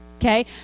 Okay